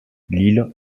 l’île